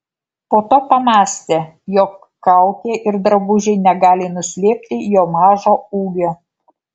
po to pamąstė jog kaukė ir drabužiai negali nuslėpti jo mažo ūgio